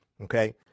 Okay